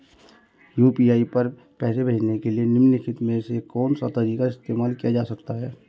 UPI पर पैसे भेजने के लिए निम्नलिखित में से कौन सा तरीका इस्तेमाल किया जा सकता है?